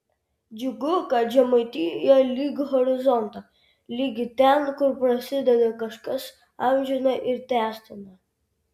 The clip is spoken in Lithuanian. džiugu kad žemaitija lig horizonto ligi ten kur prasideda kažkas amžina ir tęstina